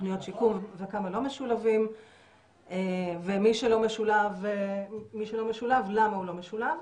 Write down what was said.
בתוכניות שיקום וכמה לא משולבים ומי שלא משולב למה הוא לא משולב.